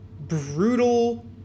brutal